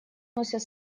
носят